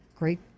great